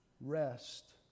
rest